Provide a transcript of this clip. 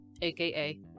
aka